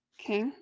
Okay